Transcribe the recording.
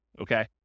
okay